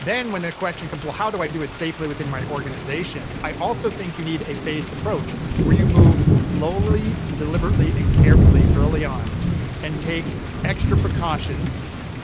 then when the question comes, well, how do i do it safely within my organization, i also think you need a phased approach where you move slowly, deliberately, and carefully early on and take extra precautions